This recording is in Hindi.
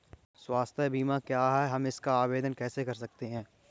स्वास्थ्य बीमा क्या है हम इसका आवेदन कैसे कर सकते हैं?